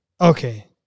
Okay